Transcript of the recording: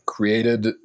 created